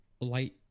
light